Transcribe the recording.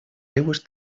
aigües